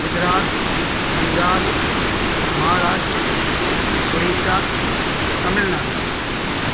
Gujarat Punjab Maharashtra Orissa Tamil Nadu